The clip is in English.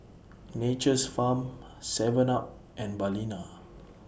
Nature's Farm Seven up and Balina